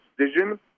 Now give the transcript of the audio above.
decision